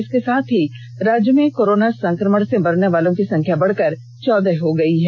इसके साथ ही राज्य में कोरोना संकमण से मरने वालों की संख्या बढ़कर चौदह हो गयी है